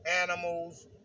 animals